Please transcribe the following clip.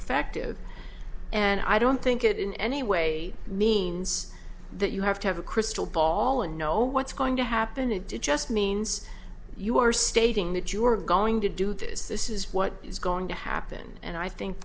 fective and i don't think it in any way means that you have to have a crystal ball and know what's going to happen it did just means you are stating that you are going to do this this is what it's going to happen and i think